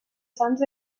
sants